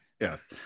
yes